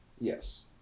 Yes